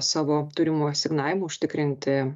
savo turimų asignavimų užtikrinti